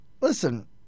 listen